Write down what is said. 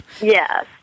Yes